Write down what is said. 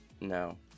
no